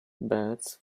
birds